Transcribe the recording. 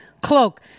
cloak